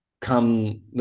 come